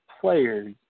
players